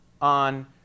on